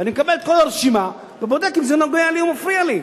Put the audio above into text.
ואני מקבל את כל הרשימה ובודק אם זה נוגע לי או מפריע לי.